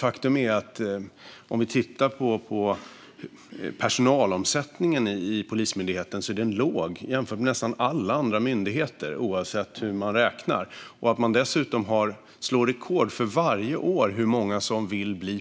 Faktum är att personalomsättningen i Polismyndigheten är låg jämfört med nästan alla andra myndigheter, oavsett hur man räknar. Att man varje år slår rekord i hur många som vill